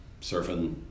surfing